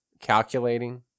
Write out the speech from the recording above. calculating